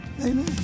Amen